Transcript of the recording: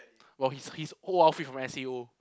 while his his old outfit from S_A_O